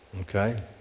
Okay